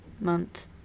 month